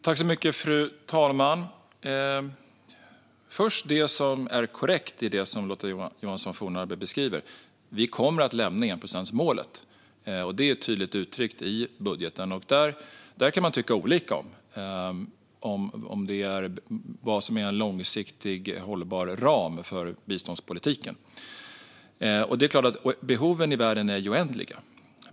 Fru talman! Först det som är korrekt i det som Lotta Johnsson Fornarve beskriver: Vi kommer att lämna enprocentsmålet. Det är tydligt uttryckt i budgeten. Vad som är en långsiktigt hållbar ram för biståndspolitiken kan man tycka olika om. Det är ju klart att behoven i världen är oändliga.